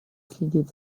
следит